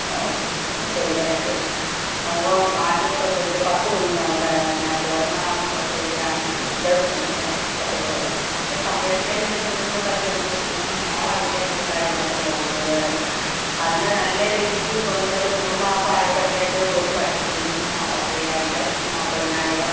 പ്രസവിക്കാനായിട്ട് അപ്പം ആദ്യം പ്രസവിച്ച് പത്ത് കുഞ്ഞുങ്ങൾ ഉണ്ടായിരുന്നു അതിൻറെ അകത്ത് ഒരെണ്ണം പ്രസവിച്ച് രൺ പിറ്റേ ദിവസം തന്നെ ചത്തുപോയിരുന്നു അതിനെയൊക്കെ സംരക്ഷിക്കാൻ ഇത്തിരി ബുദ്ധിമുട്ടൊക്കെ ഉണ്ട് പിന്നെ മോൾ അതിൻ്റെയൊക്കെ കാര്യങ്ങളൊക്കെ നോക്കികൊള്ളുമായിരുന്നു അതിനെ നല്ല രീതിക്ക് കൊണ്ടുവന്നൊരു മൂന്ന് മാസം ആയപ്പോഴത്തേക്ക് ഒരു പട്ടികുഞ്ഞിനെ നാൽപ്പത്തയ്യായിരം നാൽപ്പതിനായിരം